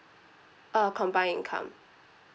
uh combine income